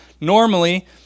Normally